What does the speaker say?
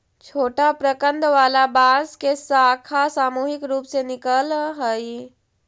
छोटा प्रकन्द वाला बांस के शाखा सामूहिक रूप से निकलऽ हई